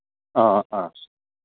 ꯑ ꯑ